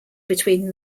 between